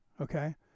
okay